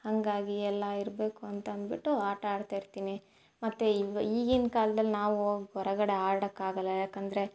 ಹಾಗಾಗಿ ಎಲ್ಲ ಇರಬೇಕು ಅಂತ ಅನ್ಬಿಟ್ಟು ಆಟಾಡ್ತಾ ಇರ್ತೀನಿ ಮತ್ತು ಈಗ ಈಗಿನ ಕಾಲ್ದಲ್ಲಿ ನಾವು ಹೊರಗಡೆ ಆಡೋಕ್ಕಾಗಲ್ಲ ಯಾಕಂದರೆ